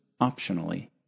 optionally